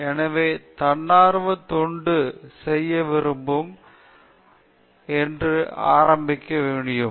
எனவே தன்னார்வத் தொண்டு செய்ய விரும்பும் எவரும் ஆரம்பிக்க முடியும்